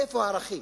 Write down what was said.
איפה הערכים?